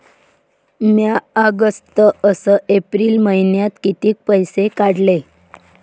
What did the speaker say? म्या ऑगस्ट अस एप्रिल मइन्यात कितीक पैसे काढले?